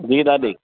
जी दादी